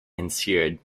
ensued